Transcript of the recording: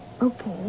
Okay